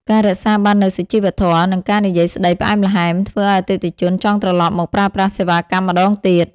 ការរក្សាបាននូវសុជីវធម៌ និងការនិយាយស្ដីផ្អែមល្ហែម ធ្វើឱ្យអតិថិជនចង់ត្រឡប់មកប្រើប្រាស់សេវាកម្មម្ដងទៀត។